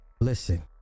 listen